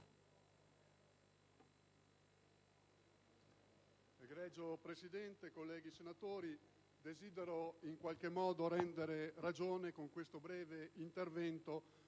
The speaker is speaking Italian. Egregia Presidente, colleghi senatori, desidero in qualche modo rendere ragione, con questo breve intervento,